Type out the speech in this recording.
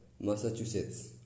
Massachusetts